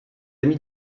ami